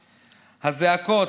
הזעקות,